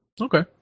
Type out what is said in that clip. Okay